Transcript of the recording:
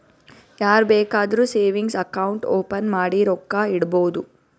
ಯಾರ್ ಬೇಕಾದ್ರೂ savings account open ಮಾಡಿ ರೊಕ್ಕಾ ಇಡ್ಬೋದು